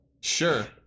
Sure